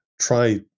Try